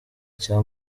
cya